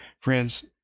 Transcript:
Friends